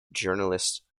journalists